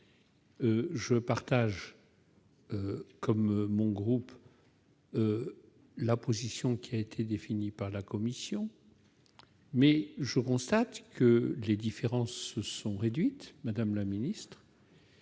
Je partage, comme mon groupe, la position définie par la commission, mais je constate que les différences se sont réduites et je